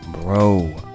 Bro